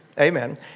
Amen